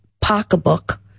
pocketbook